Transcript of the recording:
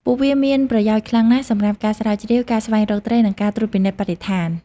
ពួកវាមានប្រយោជន៍ខ្លាំងណាស់សម្រាប់ការស្រាវជ្រាវ ការស្វែងរកត្រី និងការត្រួតពិនិត្យបរិស្ថាន។